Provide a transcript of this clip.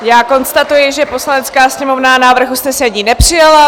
Já konstatuji, že Poslanecká sněmovna návrh usnesení nepřijala.